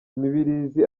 mibirizi